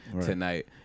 tonight